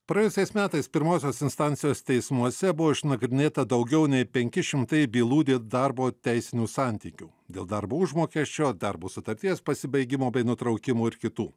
praėjusiais metais pirmosios instancijos teismuose buvo išnagrinėta daugiau nei penki šimtai bylų dėl darbo teisinių santykių dėl darbo užmokesčio darbo sutarties pasibaigimo nutraukimo ir kitų